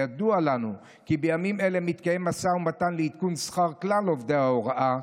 וידוע לנו כי בימים אלה מתקיים משא ומתן לעדכון שכר כלל עובדי ההוראה,